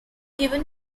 given